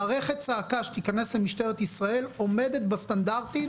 מערכת צעקה שתיכנס למשטרת ישראל תעמוד בסטנדרטים